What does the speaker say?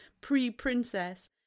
pre-princess